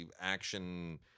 action